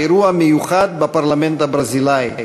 באירוע מיוחד בפרלמנט הברזילאי.